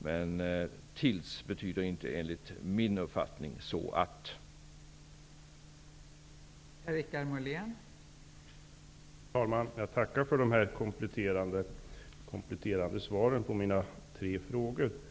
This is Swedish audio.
Men ''tills'' är enligt min uppfattning inte detsamma som ''så att''.